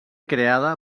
creada